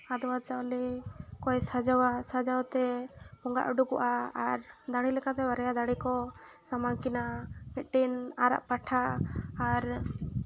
ᱟᱫᱽᱣᱟ ᱪᱟᱣᱞᱮ ᱠᱚᱭ ᱥᱟᱡᱟᱣᱟ ᱥᱟᱡᱟᱣᱛᱮ ᱵᱚᱸᱜᱟᱜ ᱮ ᱩᱰᱩᱠᱚᱜᱼᱟ ᱟᱨ ᱫᱟᱲᱮ ᱞᱮᱠᱟᱛᱮ ᱵᱟᱨᱭᱟ ᱫᱟᱲᱮ ᱠᱚ ᱥᱟᱢᱟᱝ ᱠᱤᱱᱟᱹ ᱢᱤᱫᱴᱤᱱ ᱟᱨᱟᱜ ᱯᱟᱴᱷᱟ ᱟᱨ